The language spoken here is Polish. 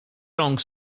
rąk